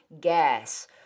gas